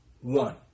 one